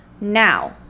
Now